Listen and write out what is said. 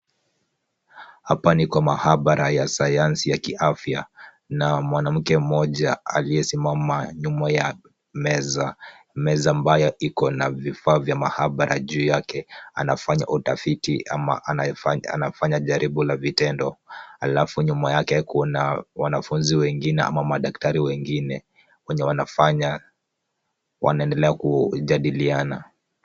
Hapa ni kwa maabara ya sayansi ya kiafya na mwanamke mmoja aliyesimama nyuma ya meza, meza ambayo iko na vifaa vya maabara juu yake anafanya utafiti ama anafanya jaribu la vitendo. Halafu nyuma yake kuna wanafunzi wengine ama madaktari wengine wenye wanafanya, wanaendelea kujadiliana.